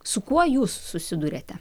su kuo jūs susiduriate